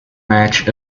match